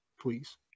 please